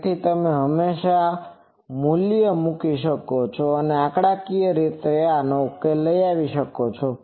તેથી તમે હંમેશાં મૂલ્ય મૂકી શકો છો અને આંકડાકીય રીતે તેને ઉકેલી શકો છો